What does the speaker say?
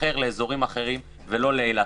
לאזורים אחרים ולא לאילת,